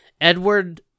Edward